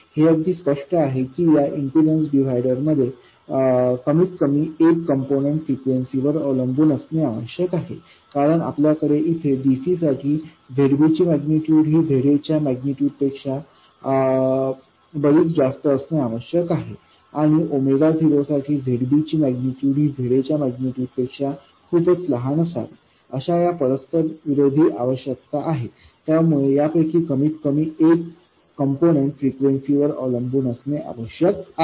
हे अगदी स्पष्ट आहे की या इम्पीडन्स डिव्हायडर मध्ये कमीत कमी एक कॉम्पोनन्ट फ्रिक्वेन्सी वर अवलंबून असणे आवश्यक आहे कारण आपल्याकडे येथे dc साठी Zb ची मैग्निटूड ही Za च्या मैग्निटूड पेक्षा बराच जास्त असणे आवश्यक आहे आणि 0साठी Zb ची मैग्निटूड ही Za च्या मैग्निटूड पेक्षा खूपच लहान असावी अशा या परस्पर विरोधी आवश्यकता आहेत त्यामुळे यापैकी कमीतकमी एक कॉम्पोनन्ट फ्रिक्वेन्सी वर अवलंबून असणे आवश्यक आहे